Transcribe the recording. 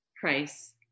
price